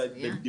זה